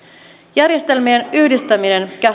järjestelmien yhdistäminen